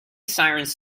sirens